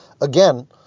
again